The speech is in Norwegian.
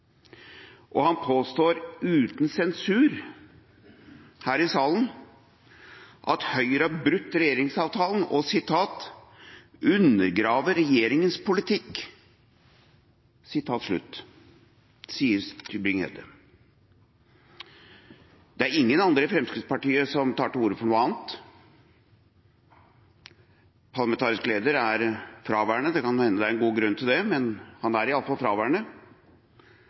og påstår uten sensur her i salen at Høyre har brutt regjeringsavtalen, og undergraver regjeringens politikk, som han sier. Det er ingen andre i Fremskrittspartiet som tar til orde for noe annet. Parlamentarisk leder er fraværende, og det kan hende det er en god grunn til det – han er iallfall fraværende